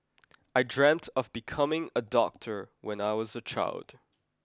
I dreamt of becoming a doctor when I was a child